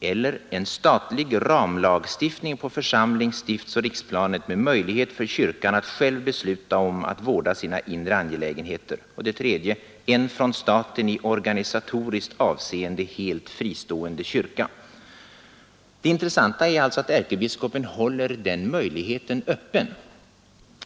En statlig ramlagstiftning på församlings-, stiftsoch riksplanet med möjlighet för kyrkan att själv besluta om och vårda sina inre angelägenheter. Det intressanta är alltså att ärkebiskopen håller den möjligheten öppen.